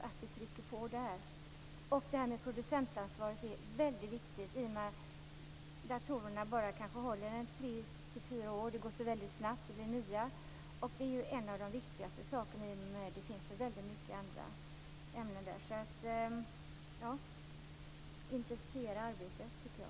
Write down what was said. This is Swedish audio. Även producentansvaret är väldigt viktigt. Datorerna kanske bara håller tre fyra år. Det går väldigt snabbt, och sedan kommer det nya. Och detta är en av de viktigaste sakerna, eftersom det finns så väldigt mycket andra ämnen där. Jag tycker alltså att man bör intensifiera arbetet.